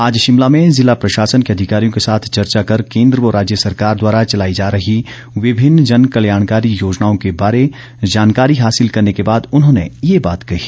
आज शिमला में जिला प्रशासन के अधिकारियों के साथ चर्चा कर केंद्र व राज्य सरकार द्वारा चलाई जा रही विभिन्न जन कल्याणकारी योजनाओं के बारे जानकारी हासिल करने के बाद उन्होंने ये बात कही